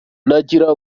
nagira